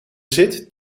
zit